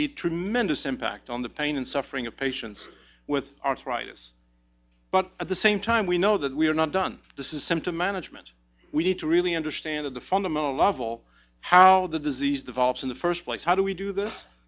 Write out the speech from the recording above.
a tremendous impact on the pain and suffering of patients with arthritis but at the same time we know that we are not done this is symptom management we need to really understand at the fundamental level how the disease develops in the first place how do we do this